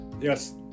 Yes